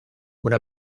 una